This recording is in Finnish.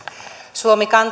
suomi